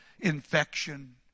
infection